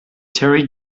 terry